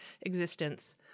existence